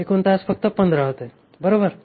एकूण तास फक्त 15 होते बरोबर